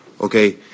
okay